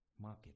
market